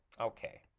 okay